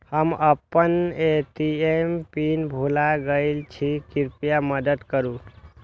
हम आपन ATM pin भूल गईल छी, कृपया मदद करू